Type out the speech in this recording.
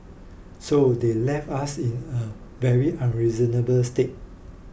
so they left us in a very unreasonable state